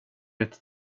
ett